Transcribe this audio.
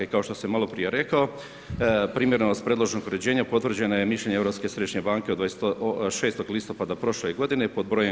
I kao što sam maloprije rekao, primjerenost predloženog uređenja potvrđeno je mišljenje Europske središnje banke od 26. listopada prošle godine, pod br.